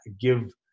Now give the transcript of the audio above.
give